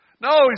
No